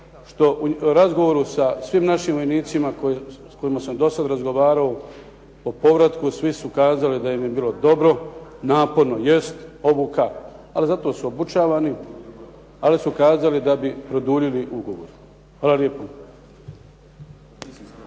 što u razgovoru sa svim našim vojnicima s kojima sam do sad razgovarao o povratku svi su kazali da im je bilo dobro. Naporno jest obuka, ali zato su obučavani. Ali su kazali da bi produljili ugovor. Hvala lijepo.